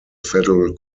federal